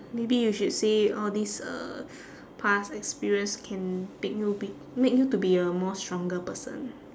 maybe you should say all these uh past experience can pick you pick make you to be a more stronger person